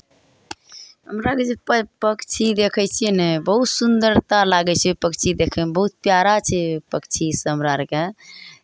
हमराके जे प पक्षी देखै छियै ने बहुत सुन्दरता लागै छै पक्षी देखैमे बहुत प्यारा छै पक्षीसँ हमरा आरकेँ